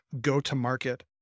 go-to-market